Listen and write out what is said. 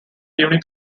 unique